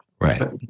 right